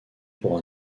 pour